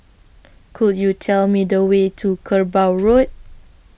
Could YOU Tell Me The Way to Kerbau Road